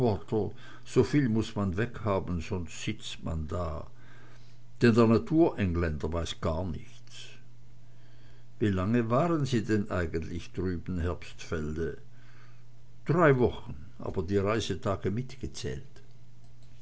soviel muß man weghaben sonst sitzt man da denn der naturengländer weiß gar nichts wie lange waren sie denn eigentlich drüben herbstfelde drei wochen aber die reisetage